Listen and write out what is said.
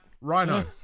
Rhino